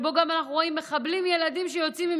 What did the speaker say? שבו אנחנו רואים גם מחבלים-ילדים שיוצאים עם